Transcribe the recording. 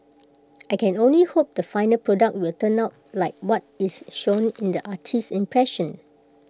I can only hope the final product will turn out like what is shown in the artist's impressions